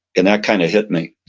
and that kind of hit me.